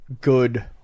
good